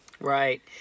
right